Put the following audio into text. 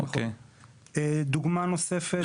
דוגמה נוספת,